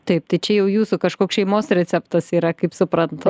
taip tai čia jau jūsų kažkoks šeimos receptas yra kaip suprantu